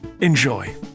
Enjoy